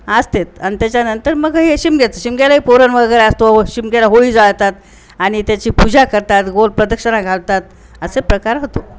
असतात आणि त्याच्यानंतर मग हे शिमग्याचं शिमग्यालाही पुरण वगैरे असतो शिमग्याला होळी जळतात आणि त्याची पूजा करतात गोल प्रदक्षिण घालतात असे प्रकार होतो